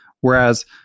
whereas